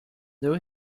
there